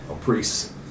priests